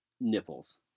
nipples